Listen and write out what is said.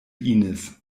inis